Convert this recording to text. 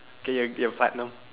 okay y~ you have platinum